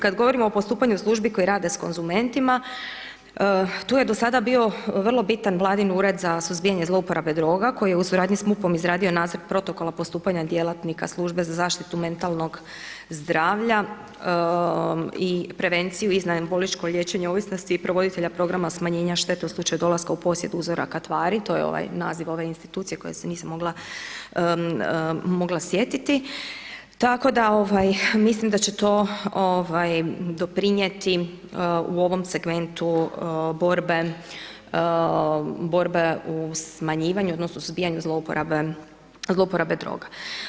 Kad govorimo o postupanju službi koje rade s konzumentima, tu je do sada bio vrlo bitan vladin Ured za suzbijanje zlouporabe droga, koji je u suradnji s MUP-om izradio nacrt protokola postupanja djelatnika Službe za zaštitu mentalnog zdravlja i prevenciju .../nerazumljivo/... bolničko liječenje ovisnosti i provoditelja programa smanjenja štete u slučaju dolaska u posjed uzoraka tvari, to je ovaj naziv ove institucije koje se nisam mogla sjetiti, tako da, mislim da će to doprinijeti u ovom segmentu borbe u smanjivanju odnosno suzbijanju zlouporabe droga.